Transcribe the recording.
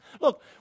look